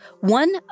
One